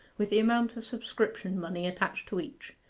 with the amount of subscription-money attached to each.